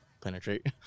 penetrate